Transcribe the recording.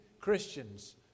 Christians